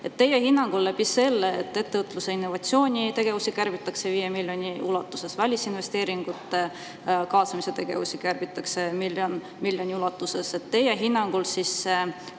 Teie hinnangul läbi selle, et ettevõtlus- ja innovatsioonitegevusi kärbitakse 5 miljoni ulatuses ja välisinvesteeringute kaasamise tegevusi kärbitakse miljoni ulatuses, tulud ei